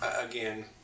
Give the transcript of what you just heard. again